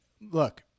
Look